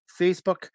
Facebook